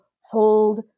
hold